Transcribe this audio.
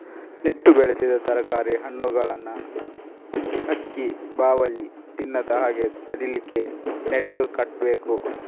ನೆಟ್ಟು ಬೆಳೆಸಿದ ತರಕಾರಿ, ಹಣ್ಣುಗಳನ್ನ ಹಕ್ಕಿ, ಬಾವಲಿ ತಿನ್ನದ ಹಾಗೆ ತಡೀಲಿಕ್ಕೆ ನೆಟ್ಟು ಕಟ್ಬೇಕು